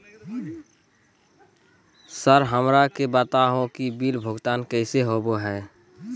Sir हमरा के बता हो कि बिल भुगतान कैसे होबो है?